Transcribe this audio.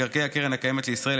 מקרקעי הקרן הקיימת לישראל,